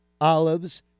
olives